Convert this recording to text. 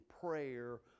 prayer